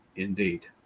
indeed